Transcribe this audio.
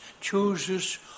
chooses